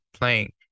playing